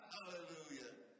Hallelujah